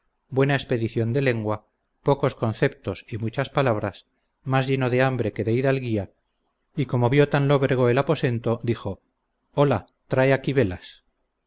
buena expedición de lengua pocos conceptos y muchas palabras más lleno de hambre que de hidalguía y como vió tan lóbrego el aposento dijo ola trae aquí velas